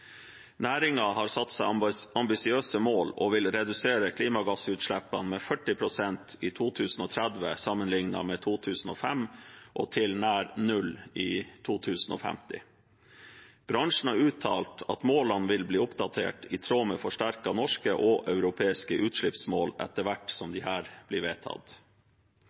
har satt seg ambisiøse mål og vil redusere klimagassutslippene med 40 pst. i 2030 sammenlignet med 2005, og til nær null i 2050. Bransjen har uttalt at målene vil bli oppdatert i tråd med forsterkede norske og europeiske utslippsmål etter hvert som disse blir vedtatt.